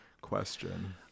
question